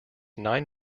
nine